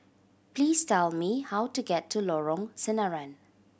please tell me how to get to Lorong Sinaran